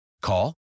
Call